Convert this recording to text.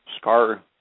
scar